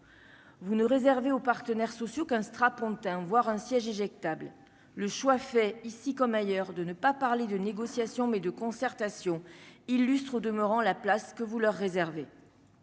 vous ne réservé aux partenaires sociaux qu'un strapontin, voire un siège éjectable le choix fait, ici comme ailleurs, de ne pas parler de négociation mais de concertation illustre au demeurant la place que vous leur réserver